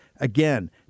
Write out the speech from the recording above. Again